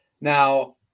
Now